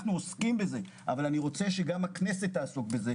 אנחנו עוסקים בזה אבל אני רוצה שגם הכנסת תעסוק בזה,